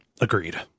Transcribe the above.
agreed